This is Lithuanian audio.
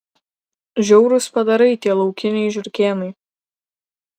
žiaurūs padarai tie laukiniai žiurkėnai